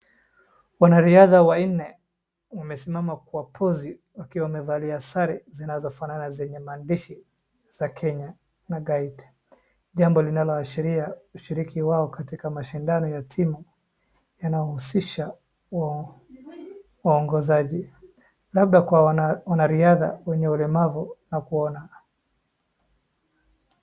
Wanariadha wanne wamesimama kwa pozi wakiwa wamevalia sare zinazofanana na zenye maandishi za Kenya na guide jambo linaloashiria ushiriki wao katika mashindano ya timu yanayohusisha waongozaji, labda kwa wanariadha wenye ulemavu, hawakuona.